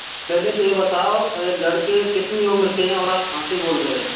पहले तो ये बताओ लड़के कितनी उम्र के हैं और आप कहाँ से बोल रहे हैं